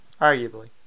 Arguably